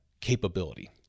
capability